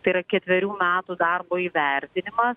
tai yra ketverių metų darbo įvertinimas